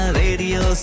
radio